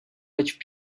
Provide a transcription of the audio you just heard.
which